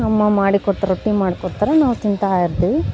ಅಮ್ಮ ಮಾಡಿ ಕೊಟ್ಟು ರೊಟ್ಟಿ ಮಾಡಿ ಕೊಡ್ತಾರೆ ನಾವು ತಿಂತಾ ಇರ್ತೀವಿ